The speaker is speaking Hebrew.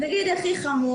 הכי חמור,